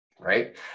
Right